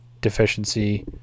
deficiency